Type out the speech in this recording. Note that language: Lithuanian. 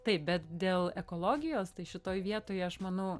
taip bet dėl ekologijos tai šitoj vietoj aš manau